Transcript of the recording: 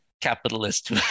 capitalist